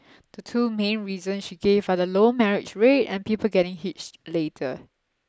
the two main reasons she gave are the low marriage rate and people getting hitched later